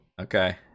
Okay